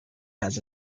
has